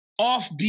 offbeat